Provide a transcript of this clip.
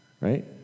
Right